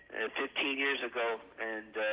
fifteen years ago. and